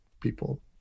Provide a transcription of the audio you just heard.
people